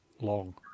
long